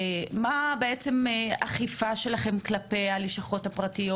לגבי האכיפה שלכם כלפי הלשכות הפרטיות.